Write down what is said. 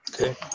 Okay